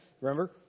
Remember